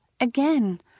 Again